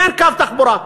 אין קו תחבורה,